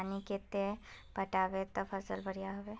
पानी कते बार पटाबे जे फसल बढ़िया होते?